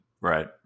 Right